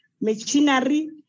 machinery